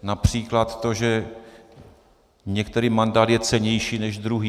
Například to, že některý mandát je cennější než druhý.